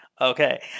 Okay